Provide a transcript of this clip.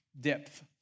depth